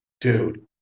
dude